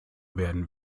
werden